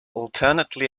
alternately